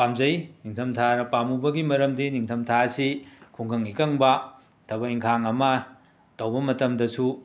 ꯄꯥꯝꯖꯩ ꯅꯤꯡꯊꯝꯊꯥꯅ ꯄꯥꯝꯃꯨꯕꯒꯤ ꯃꯔꯝꯗꯤ ꯅꯤꯡꯊꯝꯊꯥ ꯑꯁꯤ ꯈꯨꯡꯒꯪ ꯏꯀꯪꯕ ꯊꯕꯛ ꯏꯪꯈꯥꯡ ꯑꯃ ꯇꯧꯕ ꯃꯇꯝꯗꯁꯨ